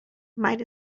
might